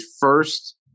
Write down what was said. first